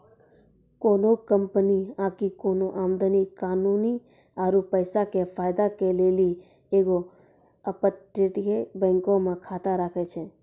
कोनो कंपनी आकि कोनो आदमी कानूनी आरु पैसा के फायदा के लेली एगो अपतटीय बैंको मे खाता राखै छै